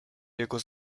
jego